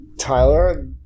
Tyler